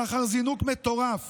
לאחר זינוק מטורף